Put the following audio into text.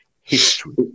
History